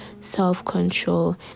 self-control